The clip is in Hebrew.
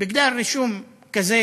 בגלל רישום כזה,